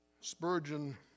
spurgeon